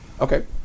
Okay